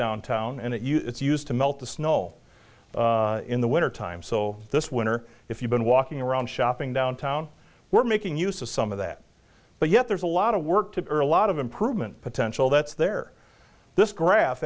downtown and it you it's used to melt the snow in the wintertime so this winter if you've been walking around shopping downtown we're making use of some of that but yet there's a lot of work to earn a lot of improvement potential that's there this gra